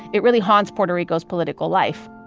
it really haunts puerto rico's political life